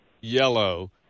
yellow